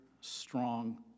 strong